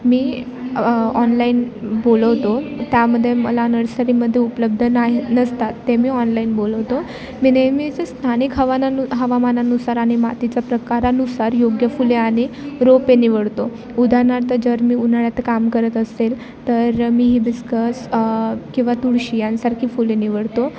मी online बोलवतो त्यामध्ये मला नर्सरीमध्ये उपलब्ध नाही नसतात ते मी ऑनलाईन बोलवतो मी नेहमीचं स्थानिक हवानानु हवामानानुसार आणि मातीचा प्रकारानुसार योग्य फुले आणि रोपे निवडतो उदाहरणार्थ जर मी उन्हाळ्यात काम करत असेल तर मी हिबिस्कस किंवा तुळशी यांसारखी फुले निवडतो